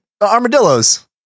armadillos